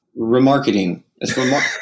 remarketing